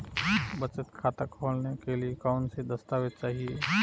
बचत खाता खोलने के लिए कौनसे दस्तावेज़ चाहिए?